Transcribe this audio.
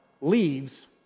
leaves